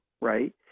right